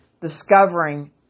discovering